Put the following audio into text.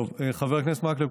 חבר הכנסת מקלב,